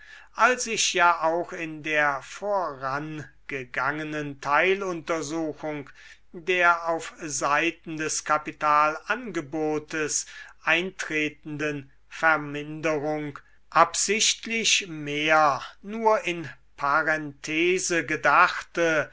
als ich ja auch in der vorangegangenen teiluntersuchung der auf seiten des kapitalangebotes eintretenden verminderung absichtlich mehr nur in parenthese gedachte